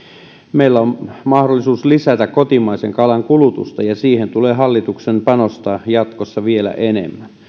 meillä on mahdollisuus lisätä kotimaisen kalan kulutusta ja siihen tulee hallituksen panostaa jatkossa vielä enemmän